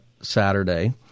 Saturday